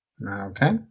Okay